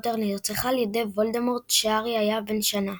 נרצחה על ידי וולדמורט כשהארי היה בן שנה.